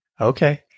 Okay